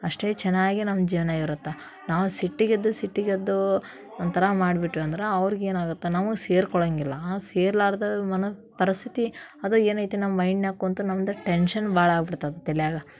ಅಷ್ಟೇ ಚೆನ್ನಾಗಿ ನಮ್ಮ ಜೀವನ ಇರುತ್ತೆ ನಾವು ಸಿಟ್ಟಿಗೆದ್ದು ಸಿಟ್ಟಿಗೆದ್ದು ಒಂಥರ ಮಾಡ್ಬಿಟ್ವಂದ್ರೆ ಅವ್ರ್ಗೆನಾಗುತ್ತೆ ನಮಗೆ ಸೇರ್ಕೋಳ್ಳಾಂಗಿಲ್ಲ ಆ ಸೇರಲಾರ್ದ ಮನಃ ಪರಿಸ್ಥಿತಿ ಅದು ಏನೈತಿ ನಮ್ಮ ಮೈಂಡಿನ್ಯಾಗ ಕುಂತು ನಮ್ದ ಟೆನ್ಶನ್ ಭಾಳ್ ಆಗ್ಬಿಡ್ತೈತಿ ತಲೆಯಾಗ